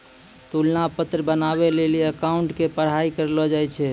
तुलना पत्र बनाबै लेली अकाउंटिंग के पढ़ाई करलो जाय छै